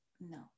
No